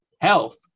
health